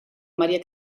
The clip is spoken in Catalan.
maria